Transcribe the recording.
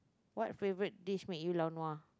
what favourite dish make you lao nua